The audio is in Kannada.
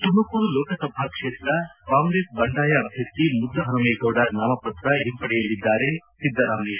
ತುಮಕೂರು ಲೋಕಸಭಾ ಕ್ಷೇತ್ರ ಕಾಂಗ್ರೆಸ್ ಬಂಡಾಯ ಅಭ್ಯರ್ಥಿ ಮುದ್ದು ಹನುಮೇಗೌಡ ನಾಮಪತ್ರ ಹಿಂಪಡೆಯಲಿದ್ದಾರೆ ಸಿದ್ದರಾಮಯ್ಯ